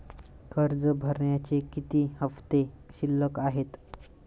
कर्ज भरण्याचे किती हफ्ते शिल्लक आहेत?